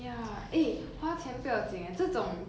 cause it's your face leh it's like